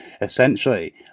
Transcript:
Essentially